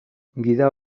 gida